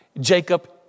Jacob